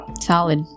solid